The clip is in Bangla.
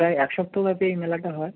প্রায় এক সপ্তাহব্যাপী এই মেলাটা হয়